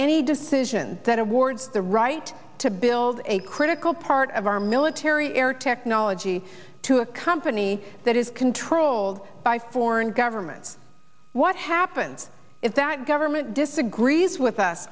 any decision that awards the right to build a critical part of our military air technology to a company that is controlled by foreign governments what happens if that government disagrees with us